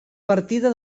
partida